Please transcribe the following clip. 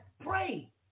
Pray